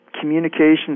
communication